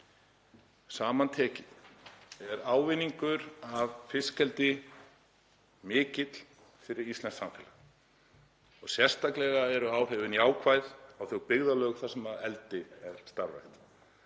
Samantekið er ávinningur af fiskeldi mikill fyrir íslenskt samfélag. Sérstaklega eru áhrifin jákvæð á þau byggðarlög þar sem eldi er starfrækt.